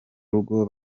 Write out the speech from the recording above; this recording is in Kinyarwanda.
rugo